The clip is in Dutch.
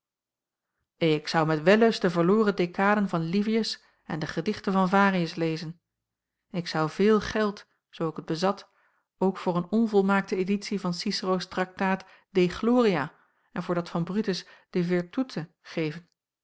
ik zou met wellust de verloren dekaden van livius en de gedichten van varius lezen ik zou veel geld zoo ik het bezat ook voor een onvolmaakte editie van ciceroos traktaat de gloria en voor dat van brutus de virtute geven